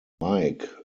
mike